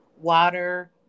water